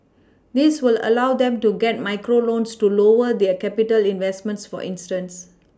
this will allow them to get micro loans to lower their capital investments for instance